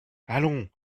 allons